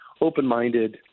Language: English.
open-minded